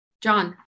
John